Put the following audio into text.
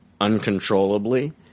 uncontrollably